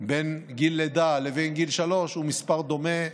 בין גיל לידה לגיל שלוש הוא מספר דומה,